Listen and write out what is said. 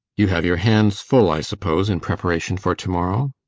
you have your hands full, i suppose, in preparation for to-morrow?